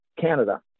Canada